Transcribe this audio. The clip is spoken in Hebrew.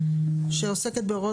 התוספת החמישית